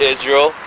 Israel